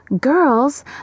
Girls